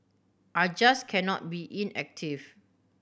I just cannot be inactive